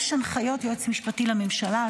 יש הנחיות יועץ משפטי לממשלה,